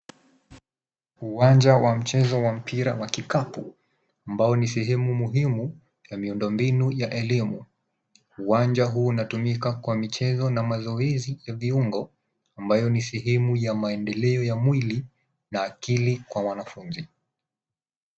A basketball court. It is an important part of the educational system. This court is used for sports and physical education which is part of the physical and mental development of students.